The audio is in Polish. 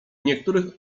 niektórych